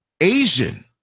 Asian